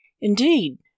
Indeed